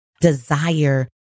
desire